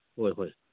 ꯍꯣꯏ ꯍꯣꯏ